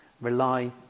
Rely